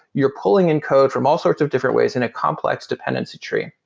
you're pulling in code from all sorts of different ways in a complex dependency tree.